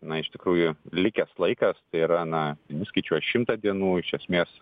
na iš tikrųjų likęs laikas tai yra na jūs skaičiuojat šimtą dienų iš esmės